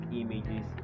images